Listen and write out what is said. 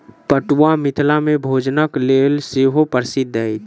पटुआ मिथिला मे भोजनक लेल सेहो प्रसिद्ध अछि